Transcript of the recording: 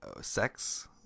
sex